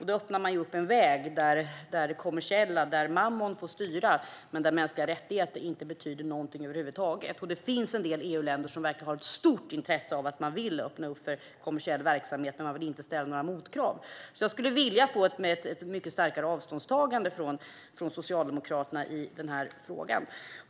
Då öppnar man upp en väg där det kommersiella, mammon, får styra, men där mänskliga rättigheter inte betyder någonting över huvud taget. Det finns en del EU-länder som verkligen har ett stort intresse av att öppna upp för kommersiell verksamhet, men de vill inte ställa några motkrav. Jag skulle därför vilja ha ett mycket starkare avståndstagande från Socialdemokraterna i denna fråga.